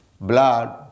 blood